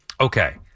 Okay